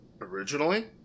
Originally